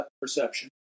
perception